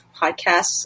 podcasts